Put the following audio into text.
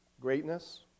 greatness